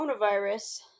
coronavirus